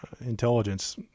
intelligence